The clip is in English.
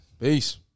Peace